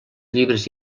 llibres